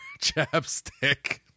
chapstick